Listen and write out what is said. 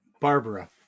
barbara